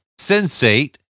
Sensate